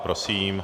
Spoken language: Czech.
Prosím.